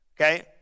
Okay